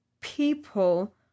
people